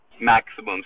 maximum